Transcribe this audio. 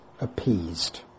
appeased